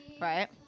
right